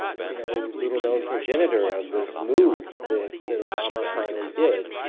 you know little-known progenitor of this move that that obama finally did.